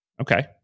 Okay